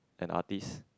an artist